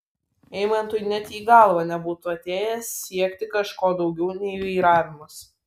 eimantui net į galvą nebūtų atėję siekti kažko daugiau nei vairavimas